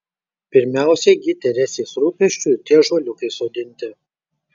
pirmiausia gi teresės rūpesčiu ir tie ąžuoliukai sodinti